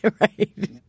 Right